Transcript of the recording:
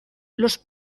los